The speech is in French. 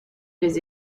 les